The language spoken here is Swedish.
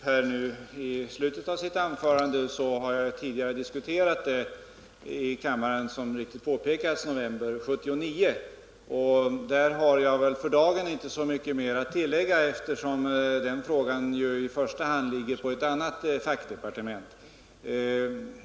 Herr talman! Vad gäller själva sakfrågan, som Holger Bergman tar upp i slutet av sitt anförande, så har jag tidigare diskuterat den i kammaren i november 1979, vilket helt riktigt påpekades. För dagen har jag inte så mycket mer att tillägga eftersom den frågan i första hand tillhör ett annat fackdepartement.